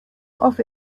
off